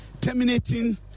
terminating